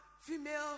female